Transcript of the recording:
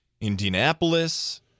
Indianapolis